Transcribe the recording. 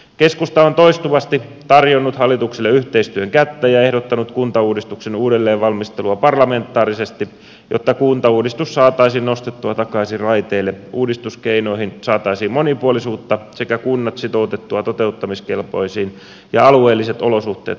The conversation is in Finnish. keskusta on toistuvasti tarjonnut hallitukselle yhteistyön kättä ja ehdottanut kuntauudistuksen uudelleen valmistelua parlamentaarisesti jotta kuntauudistus saataisiin nostettua takaisin raiteille uudistuskeinoihin saataisiin monipuolisuutta sekä kunnat sitoutettua toteuttamiskelpoisiin ja alueelliset olosuhteet huomioiviin uudistuksiin